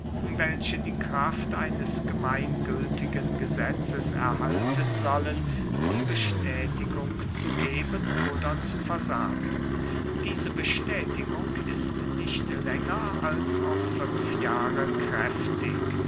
welche die kraft eines gemeinnützigen gesetzes erhalten sollen die bestätigung zu geben oder zu versagen diese bestätigung ist nicht länger als auf fünf jahre kräftig